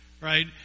right